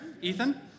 Ethan